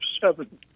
seven